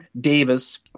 davis